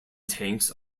tanks